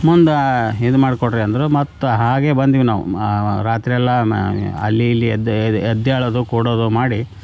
ಮುಂದೆ ಇದು ಮಾಡಿಕೊಡ್ರಿ ಅಂದರು ಮತ್ತೆ ಹಾಗೆ ಬಂದ್ವಿ ನಾವು ರಾತ್ರಿ ಎಲ್ಲ ಮ ಅಲ್ಲಿ ಇಲ್ಲಿ ಎದ್ದೇ ಎದ್ದೇಳೋದು ಕೂಡದು ಮಾಡಿ